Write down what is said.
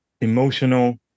emotional